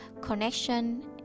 connection